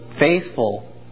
faithful